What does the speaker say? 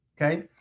okay